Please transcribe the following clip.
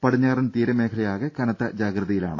പടിഞ്ഞാറൻ തീരമേഖലയാകെ കനത്ത ജാഗ്രതയിലാണ്